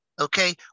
okay